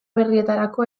berrietarako